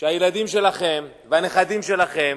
שהילדים שלכם והנכדים שלכם